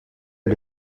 est